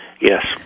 Yes